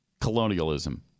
Colonialism